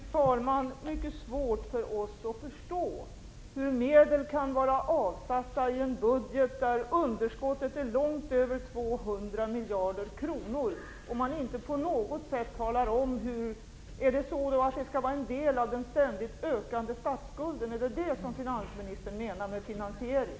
Fru talman! Det är mycket svårt för oss att förstå hur medel kan vara avsatta i en budget där underskottet är långt över 200 miljarder kronor. Skall det vara en del i den ständigt ökande statsskulden? Är det detta finansministern menar med finansiering?